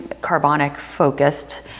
carbonic-focused